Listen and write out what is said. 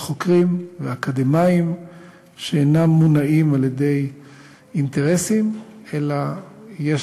חוקרים ואקדמאים שאינם מונעים על-ידי אינטרסים אלא יש